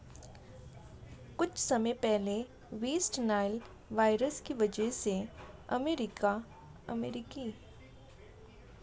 कुछ समय पहले वेस्ट नाइल वायरस की वजह से अमेरिकी मगरमच्छों का काफी आर्थिक नुकसान हुआ